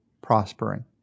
prospering